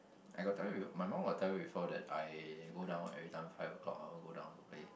I got tell you my mum got tell you before that I go down every time five o-clock I'll go down to play